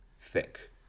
thick